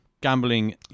gambling